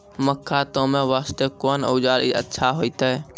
मक्का तामे वास्ते कोंन औजार अच्छा होइतै?